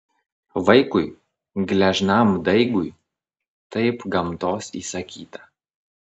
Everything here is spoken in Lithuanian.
vaikui gležnam daigui taip gamtos įsakyta